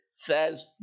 Says